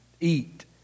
eat